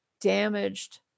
damaged